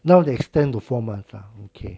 now they extend to four months lah okay